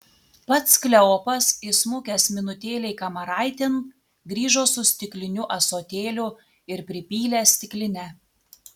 pats kleopas įsmukęs minutėlei kamaraitėn grįžo su stikliniu ąsotėliu ir pripylė stiklinę